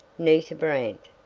nita brant,